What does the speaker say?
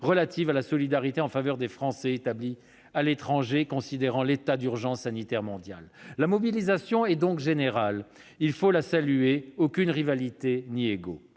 relative à la solidarité en faveur des Français établis à l'étranger, considérant l'état d'urgence sanitaire mondial. La mobilisation est donc générale. Il faut la saluer- aucune rivalité ni ego.